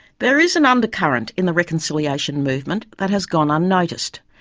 there is an undercurrent in the reconciliation movement that has gone unnoticed.